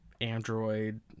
Android